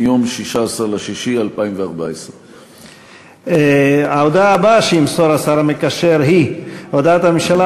מיום 16 ביוני 2014. ההודעה הבאה שימסור השר המקשר היא הודעת הממשלה